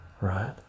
right